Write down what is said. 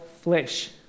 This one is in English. flesh